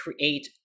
create